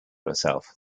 herself